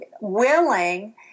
willing